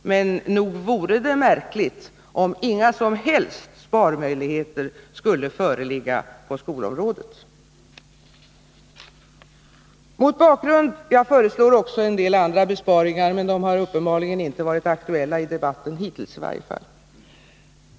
Men nog vore det märkligt, om inga som helst sparmöjligheter skulle föreligga på skolområdet. Jag föreslår också en del andra besparingar, men de har uppenbarligen inte varit aktuella i debatten, hittills i varje fall.